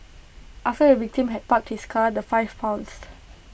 after the victim had parked his car the five pounced